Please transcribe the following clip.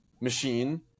machine